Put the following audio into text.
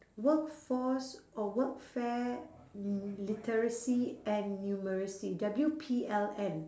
workforce or workfare li~ literacy and numeracy W_P_L_N